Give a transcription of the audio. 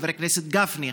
חבר הכנסת גפני,